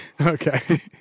Okay